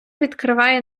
відкриває